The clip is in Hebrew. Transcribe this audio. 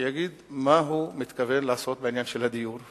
שיגיד מה הוא מתכוון לעשות בעניין של הדיור,